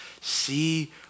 See